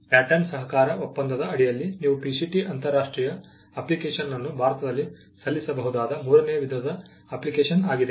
pattern ಸಹಕಾರ ಒಪ್ಪಂದದ ಅಡಿಯಲ್ಲಿ ನೀವು PCT ಅಂತರರಾಷ್ಟ್ರೀಯ ಅಪ್ಲಿಕೇಶನ್ ಅನ್ನು ಭಾರತದಲ್ಲಿ ಸಲ್ಲಿಸಬಹುದಾದ ಮೂರನೇ ವಿಧದ ಅಪ್ಲಿಕೇಶನ್ ಆಗಿದೆ